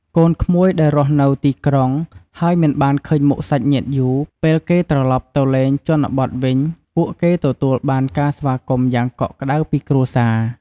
កូនក្មួយដែលរស់នៅទីក្រុង ហើយមិនបានឃើញមុខសាច់ញាតិយូរ ពេលគេត្រឡប់ទៅលេងជនបទវិញ ពួកគេទទួលបានការស្វាគមន៍យ៉ាងកក់ក្តៅពីគ្រួសារ។